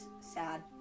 sad